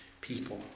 people